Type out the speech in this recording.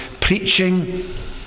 preaching